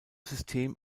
system